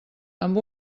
amb